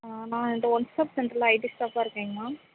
நான் இந்த ஒன்ஸ் அப் சென்டர்ல ஐட்டி ஸ்டாஃப்பாக இருக்கேங்க மேம்